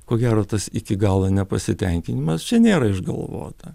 ko gero tas iki galo nepasitenkinimas čia nėra išgalvota